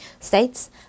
states